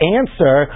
answer